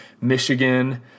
Michigan